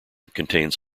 contains